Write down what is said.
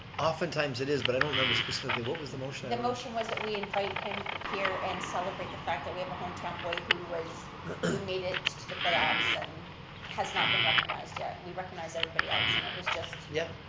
oftentimes it is, but i don't remember specifically. what was the motion? the motion was that we invite him here and celebrate the fact that we have a hometown boy who made it to the playoffs and and has not been recognized yet. we recognize everybody else, and it was just. yeah,